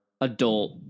adult